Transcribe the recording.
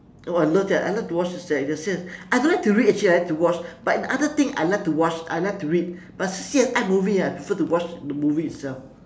oh I love that I love to watch C_S_I I don't like to read actually I like to watch but in other thing I like to watch I like to read but C_S_I movie I prefer to watch the movie itself